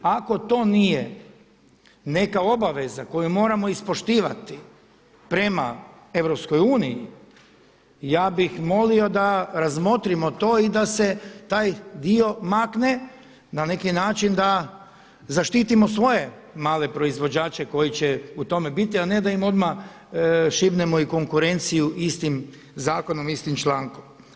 Ako to nije neka obaveza koju moramo ispoštivati prema EU ja bih molio da razmotrimo to i da se taj dio makne, na neki način da zaštitimo svoje male proizvođače koji će u tome biti a ne da im odmah šibnemo i konkurenciju istim zakonom, istim člankom.